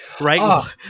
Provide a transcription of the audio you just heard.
Right